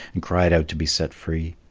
and cried out to be set free.